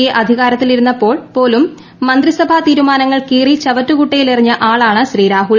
A അധികാരത്തിലിരുന്നപ്പോൾ പോലും മന്ത്രിസഭാ തീരുമാനങ്ങൾ കീറി ചവറ്റുക്കുട്ടയിലെറിഞ്ഞ ആളാണ് ശ്രീ രാഹുൽ